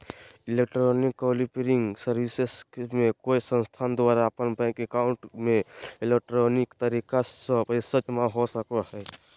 electronic clearing services में कोई संस्थान द्वारा अपन बैंक एकाउंट में इलेक्ट्रॉनिक तरीका स्व पैसा जमा हो सका हइ